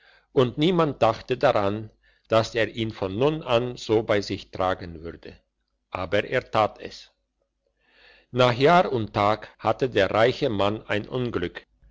und niemand dachte daran dass er ihn von nun an so bei sich tragen würde aber das tat er nach jahr und tag hatte der reiche mann ein unglück